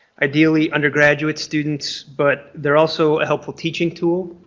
ideally undergraduate students, but they're also a helpful teaching tool.